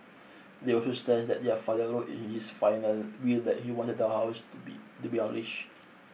they also stressed that their father wrote in his final will that he wanted the house to be to be unleash